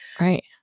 right